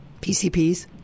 PCPs